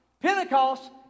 Pentecost